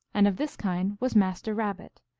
and of this kind was master rabbit,